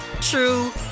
true